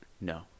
No